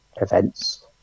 events